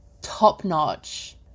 top-notch